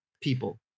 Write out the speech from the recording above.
people